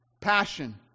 passion